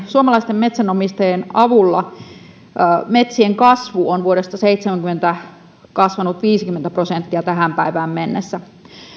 suomalaisten metsänomistajien avulla metsien kasvu on vuodesta tuhatyhdeksänsataaseitsemänkymmentä kasvanut viisikymmentä prosenttia tähän päivään mennessä